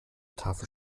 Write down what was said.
tafel